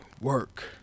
Work